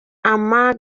ama